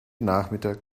nachmittag